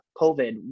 COVID